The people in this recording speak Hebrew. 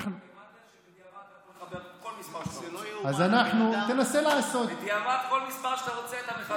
וזה שהוא הבטיח במערכת הבחירות שהוא לא יעלה מיסים וכל הדברים,